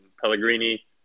Pellegrini